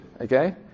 okay